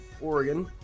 Oregon